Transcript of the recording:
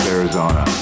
Arizona